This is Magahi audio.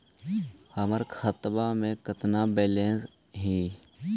हमर खतबा में केतना बैलेंस हई?